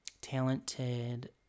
talented